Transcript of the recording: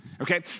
okay